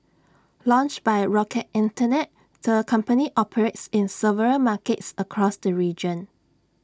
launched by rocket Internet the company operates in several markets across the region